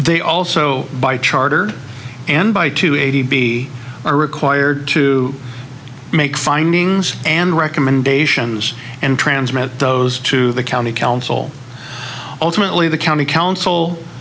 they also by charter and by two eighty b are required to make findings and recommendations and transmit those to the county council ultimately the county council